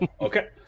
Okay